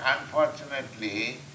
unfortunately